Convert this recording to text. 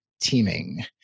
teaming